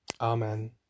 Amen